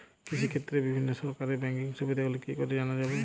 কৃষিক্ষেত্রে বিভিন্ন সরকারি ব্যকিং সুবিধাগুলি কি করে জানা যাবে?